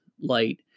light